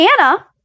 Anna